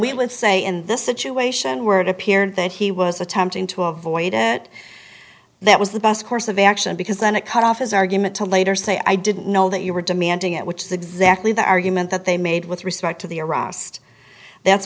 would say in this situation where it appeared that he was attempting to avoid it that was the best course of action because then it cut off his argument to later say i didn't know that you were demanding it which the exactly the argument that they made with